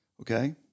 Okay